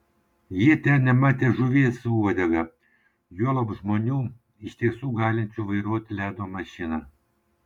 jie ten nematę žuvies su uodega juolab žmonių iš tiesų galinčių vairuoti ledo mašiną